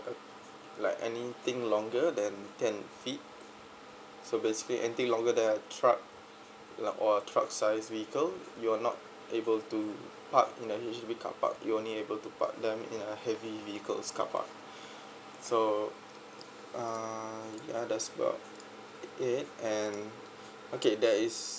like anything longer than ten feet so basically anything longer than truck like oil truck size vehicle you're not able to park in H_D_B car park you only able to park them in a heavy vehicles car park so uh ya that's well okay and okay there is